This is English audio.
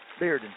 Bearden